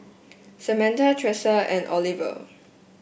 Samantha Thresa and Oliver